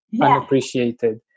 unappreciated